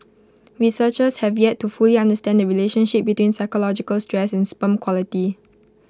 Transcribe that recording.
researchers have yet to fully understand the relationship between psychological stress and sperm quality